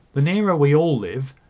the nearer we all live,